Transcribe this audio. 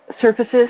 surfaces